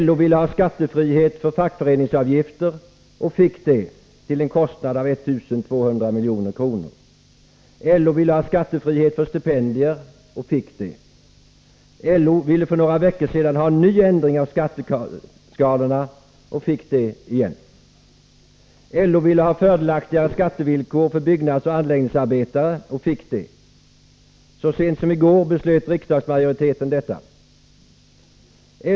LO ville ha skattefrihet för fackföreningsavgifter — och fick det till en kostnad av 1 200 milj.kr. LO ville ha skattefrihet för stipendier — och fick det. LO ville för några veckor sedan ha en ny ändring av skatteskalorna — och fick det också. LO ville ha fördelaktigare skattevillkor för byggnadsoch anläggningsarbetare — och fick det. Så sent som i går beslöt riksdagsmajoriteten detta.